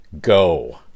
go